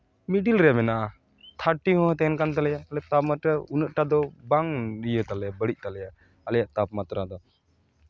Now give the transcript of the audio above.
middle ᱨᱮ ᱢᱮᱱᱟᱜᱼᱟ ᱛᱷᱟᱨᱴᱤ ᱦᱚᱸ ᱛᱟᱦᱮᱱ ᱠᱟᱱ ᱛᱟᱞᱮᱭᱟ ᱟᱞᱮ ᱛᱟᱯᱢᱟᱛᱨᱟ ᱩᱱᱟᱹᱜᱴᱟ ᱫᱚ ᱵᱟᱝ ᱤᱭᱟᱹ ᱛᱟᱞᱮᱭᱟ ᱵᱟᱹᱲᱤᱡ ᱛᱟᱞᱮᱭᱟ ᱟᱞᱮᱭᱟᱜ ᱛᱟᱯᱢᱟᱛᱨᱟ ᱫᱚ